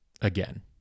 again